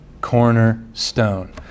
cornerstone